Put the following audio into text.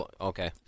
Okay